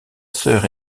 sœur